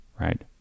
right